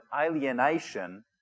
alienation